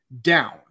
down